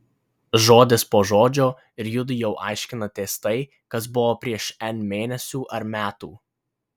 žodis po žodžio ir judu jau aiškinatės tai kas buvo prieš n mėnesių ar metų